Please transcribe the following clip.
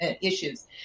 issues